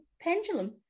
pendulum